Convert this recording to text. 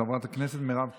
חברת הכנסת מירב כהן.